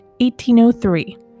1803